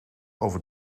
over